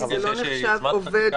שיש יוזמת חקיקה,